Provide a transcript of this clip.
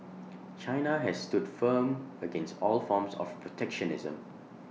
China has stood firm against all forms of protectionism